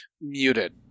muted